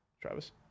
Travis